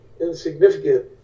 insignificant